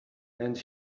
and